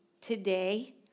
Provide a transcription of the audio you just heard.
today